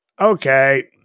okay